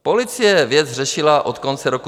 Policie věc řešila od konce roku 2015.